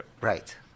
Right